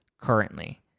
currently